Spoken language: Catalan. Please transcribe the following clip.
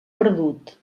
perdut